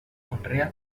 conrea